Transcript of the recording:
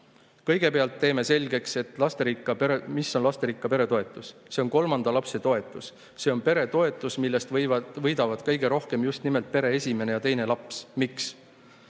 "Kõigepealt teeme selgeks, mis on lasterikka pere toetus. See pole kolmanda lapse toetus, see on pere toetus, millest võidavad kõige rohkem justnimelt pere esimene ja teine laps. Miks?